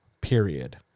period